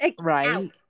right